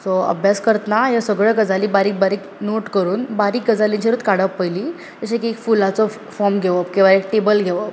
so अभ्यास करतना ह्यो सगळ्यो गजाली बारीक बारीक नोट करून बारीक गजालींचेर जशें की फुलांचो फोर्म घेवप किंवा टॅबल घेवप